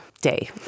day